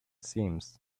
seams